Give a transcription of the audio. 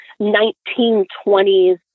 1920s